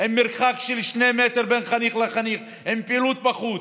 עם מרחק של 2 מטר בין חניך לחניך, עם פעילות בחוץ.